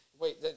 Wait